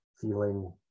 feeling